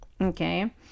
Okay